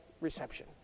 reception